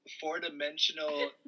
four-dimensional